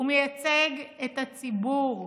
הוא מייצג את הציבור.